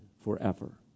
forever